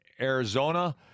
Arizona